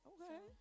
Okay